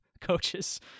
Coaches